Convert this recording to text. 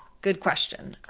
good question.